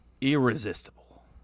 irresistible